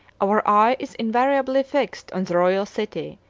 our eye is invariably fixed on the royal city,